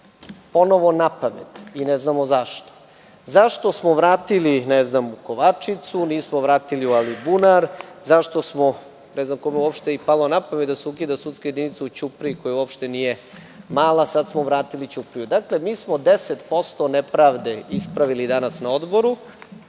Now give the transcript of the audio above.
napad i ne znamo zašto. Zašto smo vratili, ne znam, u Kovačicu a nismo u Alibunar? Ne znam uopšte kome je palo na pamet da se ukida sudska jedinica u Ćupriji koja uopšte nije mala, a sada smo vratili Ćupriju. Mi smo 10% nepravdi ispravili danas na odboru,